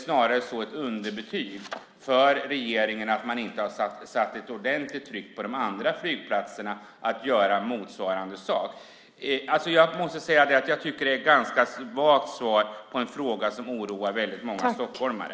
Snarare är det ett underbetyg till regeringen för att man inte satt ordentligt tryck på de andra flygplatserna att göra på motsvarande sätt. Jag måste säga att det är ett ganska svagt svar på en fråga som oroar väldigt många stockholmare.